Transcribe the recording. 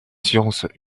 sciences